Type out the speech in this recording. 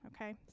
Okay